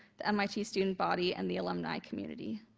the mit student body and the alumni community.